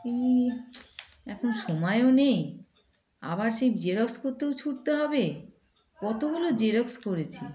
এই এখন সময়ও নেই আবার সেই জেরক্স করতেও ছুটতে হবে কতগুলো জেরক্স করেছি